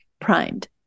primed